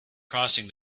crossing